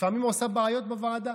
לפעמים עושה בעיות בוועדה,